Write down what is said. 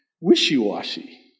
wishy-washy